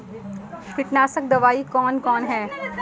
कीटनासक दवाई कौन कौन हैं?